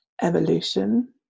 evolution